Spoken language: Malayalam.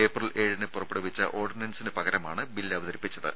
ഏപ്രിൽ ഏഴിന് പുറപ്പെടുവിച്ച ഓഡിനൻസിന് പകരമാണ് ബിൽ അവതരിപ്പിച്ചത്